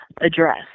address